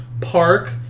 Park